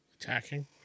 attacking